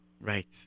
Right